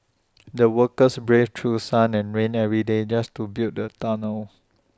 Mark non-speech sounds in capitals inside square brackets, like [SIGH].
[NOISE] the workers braved through sun and rain every day just to build the tunnel